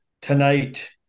tonight